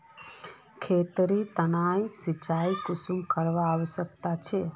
खेतेर तने सिंचाई कुंसम करे आवश्यक छै?